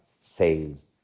sales